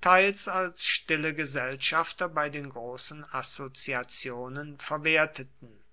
teils als stille gesellschafter bei den großen assoziationen verwerteten